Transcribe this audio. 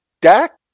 Dak